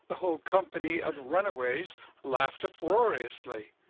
the whole company of runaways laughed uproariously.